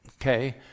Okay